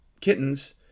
Kittens